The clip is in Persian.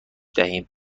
دهیم